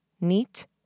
Neat